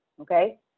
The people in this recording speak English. okay